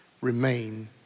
remain